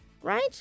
Right